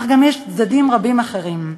אך גם יש צדדים רבים אחרים,